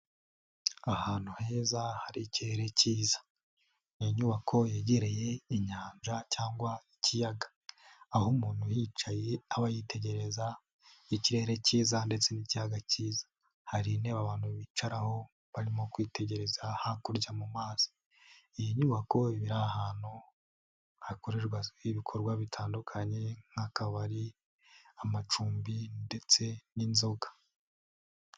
Ahantu heza hari ikirere cyiza, ni inyubako yegereye inyanja cyangwa ikiyaga, aho umuntu uhicaye aba yitegereza ikirere cyiza ndetse n'ikiyaga cyiza, hari intebe abantu bicaraho barimo kwitegereza hakurya mu mazi, iyi nyubako iba iri ahantu hakorerwa ibikorwa bitandukanye nk'akabari, amacumbi ndetse n'inzoga.